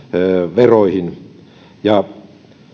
veroihin ja